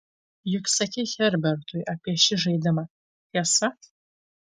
juk sakei herbertui apie šį žaidimą tiesa